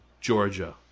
Georgia